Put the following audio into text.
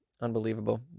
Unbelievable